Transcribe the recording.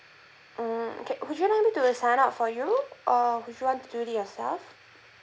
mm okay would you like me to sign up for you or if you want to do it yourself